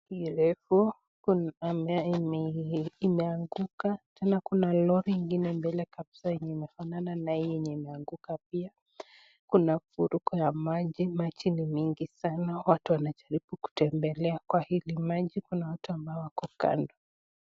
Hii refu kuna mayai mingi imeanguka tena kuna lori ingine mbele kabisa yenye inafanana na hii yenye imeanguka pia, kuna mafuriko ya maji, maji ni mingi sana watu wanajaribu kutembelea kwa hili maji kuna watu ambao wako kando.